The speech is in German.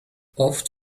oft